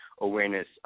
awareness